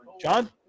John